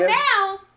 now